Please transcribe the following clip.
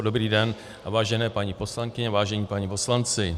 Dobrý den, vážené paní poslankyně, vážení páni poslanci.